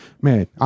man